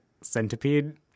centipede